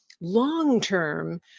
long-term